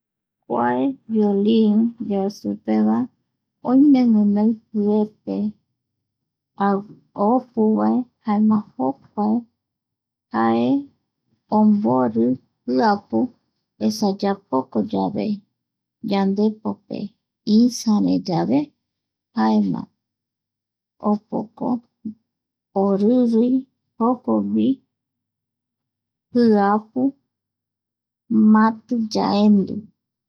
Kua violin yae supeva oime guinoi jiepe opuvae jaema jokua jae ombori jiapu. Esa yapoko yave yandepope isare yave. Jaema (pausa) opoco oririi jokogui jiapu mati yaendu.